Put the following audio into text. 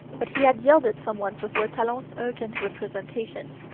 but he had yielded somewhat before talon's urgent representations,